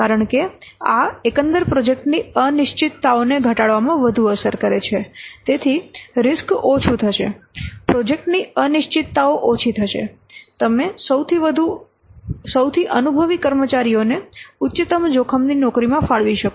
કારણ કે આ એકંદર પ્રોજેક્ટની અનિશ્ચિતતાઓને ઘટાડવામાં વધુ અસર કરે છે તેથી રીસ્ક ઓછું થશે પ્રોજેક્ટની અનિશ્ચિતતાઓ ઓછી થશે તમે સૌથી અનુભવી કર્મચારીઓને ઉચ્ચતમ જોખમની નોકરીમાં ફાળવી શકશો